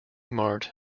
mart